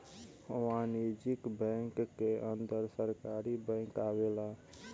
वाणिज्यिक बैंक के अंदर सरकारी बैंक आवेला